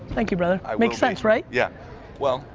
thank you brother, makes sense right? yeah well,